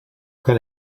can